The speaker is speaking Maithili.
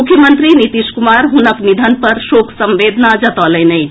मुख्यमंत्री नीतीश कुमार हुनक निधन पर शोक संवेदना जतौलनि अछि